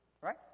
right